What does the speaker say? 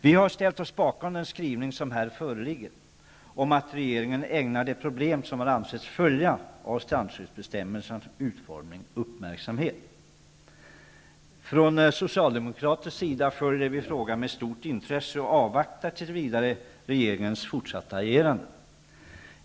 Vi har ställt oss bakom den skrivning som här föreligger, om att regeringen ägnar det problem som har ansetts följa av strandskyddsbestämmelsernas utformning uppmärksamhet. Från socialdemokratisk sida följer vi frågan med stort intresse och avvaktar tills vidare regeringens fortsatta agerande.